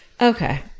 Okay